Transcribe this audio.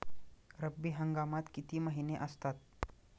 रब्बी हंगामात किती महिने असतात?